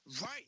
Right